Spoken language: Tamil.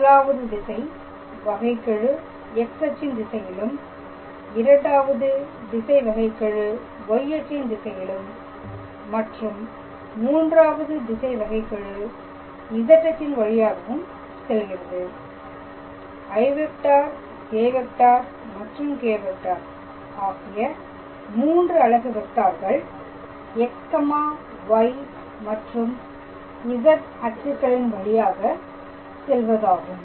முதலாவது திசை வகைகெழு X அச்சின் திசையிலும் இரண்டாவது திசை வகைகெழு Y அச்சின் திசையிலும் மற்றும் மூன்றாவது திசை வகைகெழு Z அச்சின் வழியாகவும் செல்கிறது i j மற்றும் k ஆகிய 3 அலகு வெக்டார்கள் X Y மற்றும் Z அச்சுகளின் வழியாக செல்வதாகும்